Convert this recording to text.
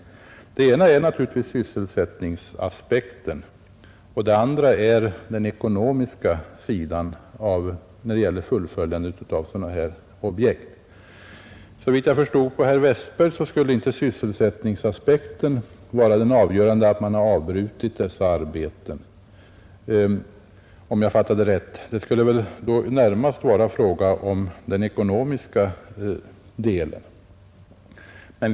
Det ena är sysselsättningsaspekten och det andra är den ekonomiska sidan när det gäller fullföljandet av sådana här projekt. Såvitt jag förstod av herr Westberg skulle inte sysselsättningsaspekten vara det avgörande, alltså att man har avbrutit dessa arbeten. Om jag fattade honom rätt, skulle det närmast vara fråga om den ekonomiska delen.